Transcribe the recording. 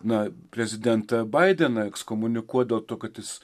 na prezidentą baideną ekskomunikuot dėl to kad jis